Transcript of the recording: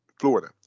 Florida